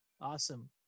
Awesome